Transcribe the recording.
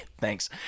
thanks